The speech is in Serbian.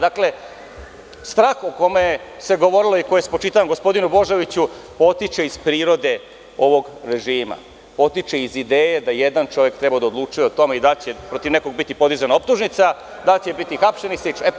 Dakle, strah o kome se govorilo i koji je spočitavan gospodinu Božoviću potiče iz prirode ovog režima, potiče iz ideje da bi jedan čovek trebalo da odlučuje o tome da li će protiv nekoga biti podizana optužnica, da li će biti hapšen i slično.